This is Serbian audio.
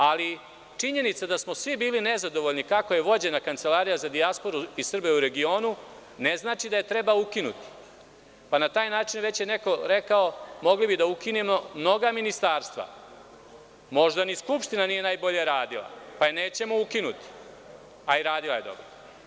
Ali, stoji činjenica da smo svi bili nezadovoljni kako je vođena Kancelarija za dijasporu i Srbe u regionu, ali to ne znači da je treba ukinuti i na taj način, neko je rekao, možemo tako da ukinemo mnoga ministarstva, možda ni Skupština nije najbolje radila, pa je nećemo ukinuti, ali radila je dobro.